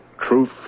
Truth